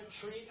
treat